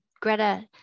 Greta